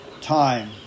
time